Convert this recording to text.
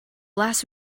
last